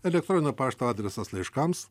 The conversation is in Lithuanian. elektroninio pašto adresas laiškams